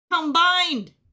combined